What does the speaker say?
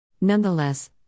Nonetheless